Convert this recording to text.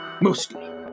Mostly